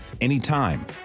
anytime